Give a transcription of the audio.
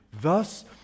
thus